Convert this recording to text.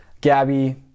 gabby